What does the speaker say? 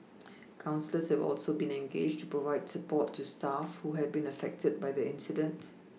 counsellors have also been engaged to provide support to staff who have been affected by the incident